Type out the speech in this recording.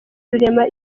rurema